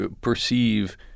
perceive